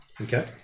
Okay